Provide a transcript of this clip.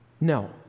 No